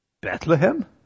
Bethlehem